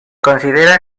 considera